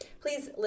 please